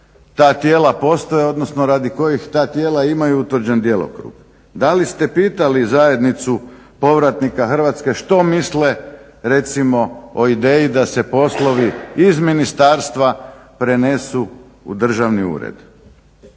ta tijela postoje, odnosno radi kojih ta tijela imaju utvrđen djelokrug. Da li ste pitali zajednicu povratnika Hrvatske što misle recimo o ideji da se poslovi iz ministarstva prenesu u državni ured.